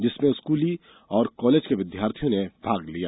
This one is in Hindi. जिसमें स्कूली और कॉलेजों के विद्यार्थियों ने भाग लिया